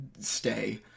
stay